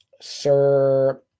Sir